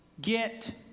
get